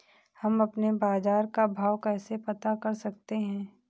हम अपने बाजार का भाव कैसे पता कर सकते है?